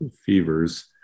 fevers